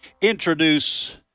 introduce